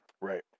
Right